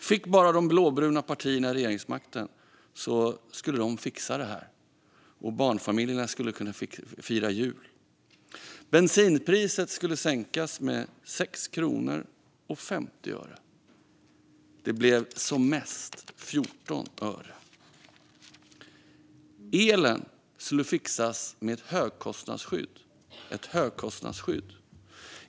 Bara de blåbruna partierna fick regeringsmakten skulle de fixa det här, och barnfamiljerna skulle kunna fira jul. Bensinpriset skulle sänkas med 6 kronor och 50 öre. Det blev som mest 14 öre. Elen skulle fixas med ett högkostnadsskydd.